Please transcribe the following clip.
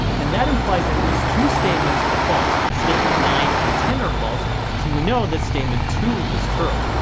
and that implies at least two statements are false, statement nine and ten are false so we know that statement two is true.